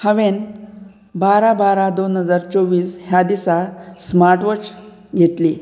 हांवें बारा बारा दोन हजार चोवीस ह्या दिसा स्मार्ट वॉच घेतली